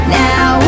now